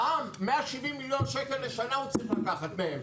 במע"מ 170 מיליון שקל לשנה הוא צריך לקחת מהם,